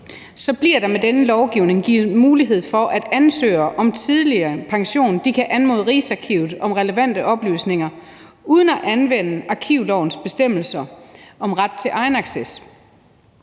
bliver der med dette lovforslag givet mulighed for, at ansøgere om tidlig pension kan anmode Rigsarkivet om relevante oplysninger uden at anvende arkivlovens bestemmelser om ret til egenacces.